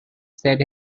said